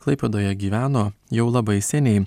klaipėdoje gyveno jau labai seniai